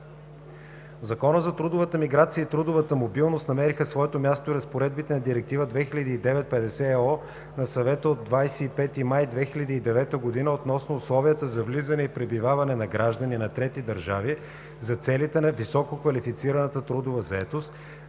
В Закона за трудовата миграция и трудовата мобилност намериха своето място и разпоредите на Директива 2009/50/ЕО на Съвета от 25 май 2009 г. относно условията за влизане и пребиваване на граждани на трети държави за целите на висококвалифицираната трудова заетост,